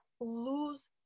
lose